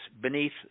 beneath